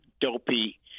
dopey